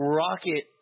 rocket